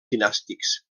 dinàstics